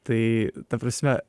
tai ta prasme